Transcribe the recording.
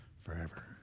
forever